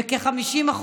בכ-50%,